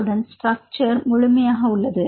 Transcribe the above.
அத்துடன் ஸ்ட்ரக்சர் முழுமையாகவும் உள்ளது